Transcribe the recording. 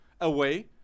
away